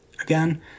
Again